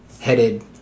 headed